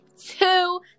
two